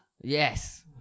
Yes